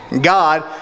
God